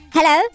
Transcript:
Hello